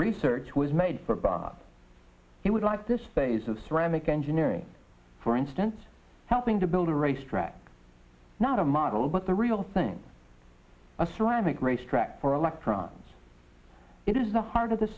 research was made for bob he would like this phase of ceramic engineering for instance helping to build a racetrack not a model but the real thing a ceramic racetrack for electrons it is the heart of the